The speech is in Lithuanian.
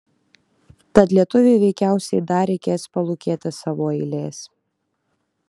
tad lietuviui veikiausiai dar reikės palūkėti savo eilės